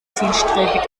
zielstrebig